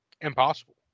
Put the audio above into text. impossible